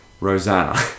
Rosanna